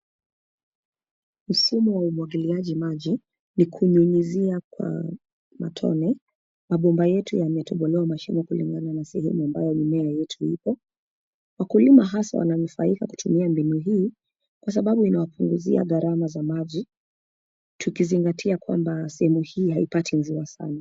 Mfumo wa umwagiliaji maji. Ni kunyunyizia kwa matone. Mabomba yetu yametobolewa mashimo kulingana na sehemu ambayo mimea yetu ipo. Wakulima hasa wananufaika kutumia mbinu hii, kwa sababu inawapunguzia gharama za maji, tukizingatia kwamba sehemu hii haipati mvua sana.